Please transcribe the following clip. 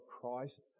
Christ